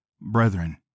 brethren